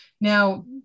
Now